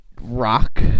rock